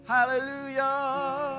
Hallelujah